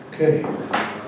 Okay